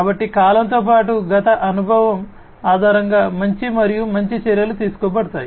కాబట్టి కాలంతో పాటు గత అనుభవం ఆధారంగా మంచి మరియు మంచి చర్యలు తీసుకోబడతాయి